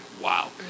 wow